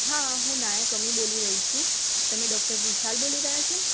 હા હું નાયક અમી બોલી રહી છું તમે ડૉક્ટર વિશાલ બોલી રહ્યા છો